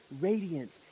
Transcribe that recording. radiant